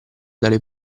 dalle